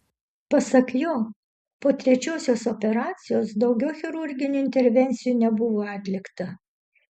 pasak jo po trečiosios operacijos daugiau chirurginių intervencijų nebuvo atlikta